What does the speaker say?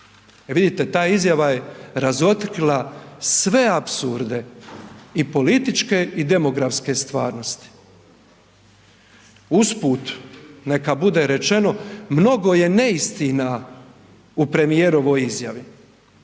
E vidite, ta izjava je razotkrila sve apsurde i političke i demografske stvarnosti. Usput neka bude rečeno mnogo je neistina u premijerovoj izjavi.